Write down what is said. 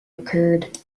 occurred